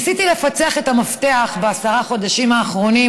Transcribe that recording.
ניסיתי לפצח את המפתח בעשרת החודשים האחרונים,